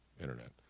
internet